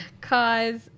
Cause